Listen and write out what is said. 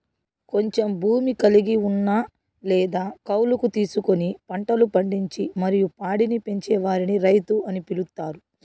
కొంచెం భూమి కలిగి ఉన్న లేదా కౌలుకు తీసుకొని పంటలు పండించి మరియు పాడిని పెంచే వారిని రైతు అని పిలుత్తారు